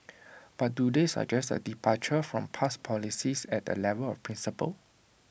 but do they suggest A departure from past policies at the level of principle